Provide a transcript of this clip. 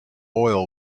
oil